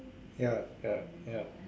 ya ya ya